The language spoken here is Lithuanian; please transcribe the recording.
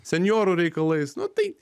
senjoru reikalais nu tai